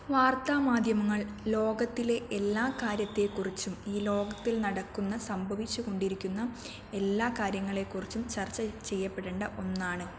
വാർത്താമാധ്യമങ്ങൾ ലോകത്തിലെ എല്ലാ കാര്യത്തെക്കുറിച്ചും ഈ ലോകത്തിൽ നടക്കുന്ന സംഭവിച്ചുകൊണ്ടിരിക്കുന്ന എല്ലാ കാര്യങ്ങളെക്കുറിച്ചും ചർച്ച ചെയ്യപ്പെടേണ്ട ഒന്നാണ്